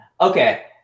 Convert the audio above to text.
Okay